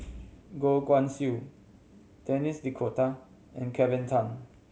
Goh Guan Siew Denis D'Cotta and Kelvin Tan